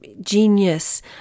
genius